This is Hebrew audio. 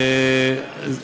יעל,